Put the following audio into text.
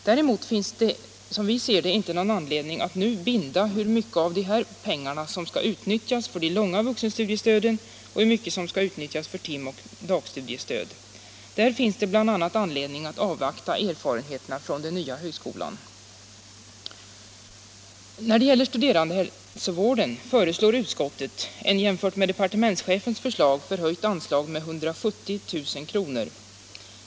Däremot finns, som vi ser det, inte någon anledning att nu binda sig för hur mycket av de här pengarna Anslag till studiesosom skall utnyttjas för de långa vuxenstudiestöden och hur mycket som = ciala åtgärder skall utnyttjas för tim och dagstudiestöd. Där finns det bl.a. anledning att avvakta erfarenheterna från den nya högskolan. När det gäller studerandehälsovården föreslår utskottet ett jämfört med departementschefens förslag med 170 000 kr. förhöjt anslag.